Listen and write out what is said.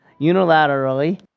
unilaterally